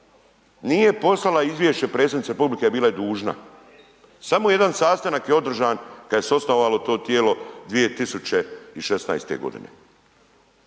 nije poslala izvješće predsjednici RH, bila je dužna, samo jedan sastanak je održan kad se je osnovalo to tijelo 2016.g.